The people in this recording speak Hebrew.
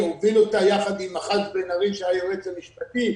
שהובילו אותה יחד עם אחז בן ארי שהיה היועץ המשפטי,